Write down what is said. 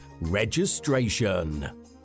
registration